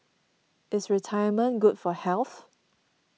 is retirement good for health